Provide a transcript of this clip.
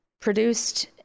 produced